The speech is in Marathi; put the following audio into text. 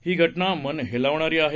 ही घटना मन हेलवणारी आहे